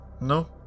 No